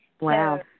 Wow